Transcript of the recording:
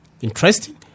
interesting